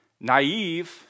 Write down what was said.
naive